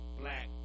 black